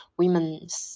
women's